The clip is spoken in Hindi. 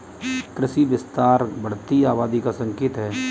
कृषि विस्तार बढ़ती आबादी का संकेत हैं